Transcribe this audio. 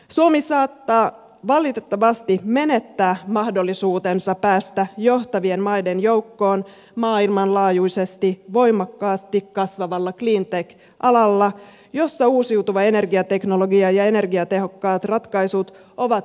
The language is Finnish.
suomi saattaa valitettavasti menettää mahdollisuutensa päästä johtavien maiden joukkoon maailmanlaajuisesti voimakkaasti kasvavalla cleatech alalla jossa uusiutuva energiateknologia ja energiatehokkaat ratkaisut ovat keskeisiä